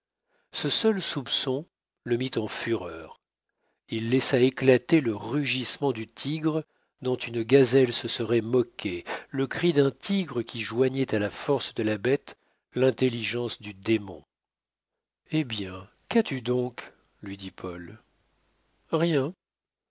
ce seul soupçon le mit en fureur il laissa éclater le rugissement du tigre dont une gazelle se serait moquée le cri d'un tigre qui joignait à la force de la bête l'intelligence du démon eh bien qu'as-tu donc lui dit paul rien